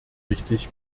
richtig